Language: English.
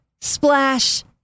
Splash